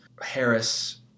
Harris